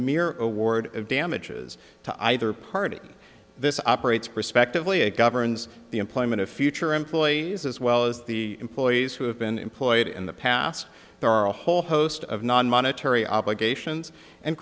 mere award of damages to either party this operates prospectively it governs the employment of future employees as well as the employees who have been employed in the past there are a whole host of non monetary obligations and